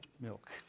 milk